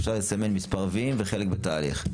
אפשר לסמן מספר וי וחלק בתהליך.